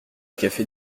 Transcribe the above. café